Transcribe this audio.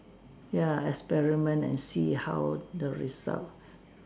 ya experiment and see how the result